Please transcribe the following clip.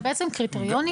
זה בעצם שינוי בקריטריונים?